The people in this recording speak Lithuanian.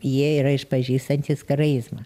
jie yra išpažįstantys karaizmą